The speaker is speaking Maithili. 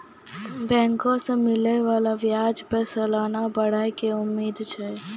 बैंको से मिलै बाला ब्याजो पे सलाना बढ़ै के उम्मीद छै